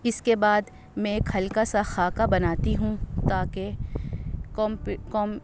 اس کے بعد میں ایک ہلکا سا خاکہ بناتی ہوں تاکہ